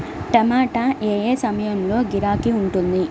టమాటా ఏ ఏ సమయంలో గిరాకీ ఉంటుంది?